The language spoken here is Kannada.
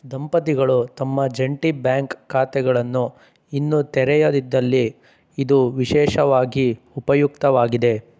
ದಂಪತಿಗಳು ತಮ್ಮ ಜಂಟಿ ಬ್ಯಾಂಕ್ ಖಾತೆಗಳನ್ನು ಇನ್ನೂ ತೆರೆಯದಿದ್ದಲ್ಲಿ ಇದು ವಿಶೇಷವಾಗಿ ಉಪಯುಕ್ತವಾಗಿದೆ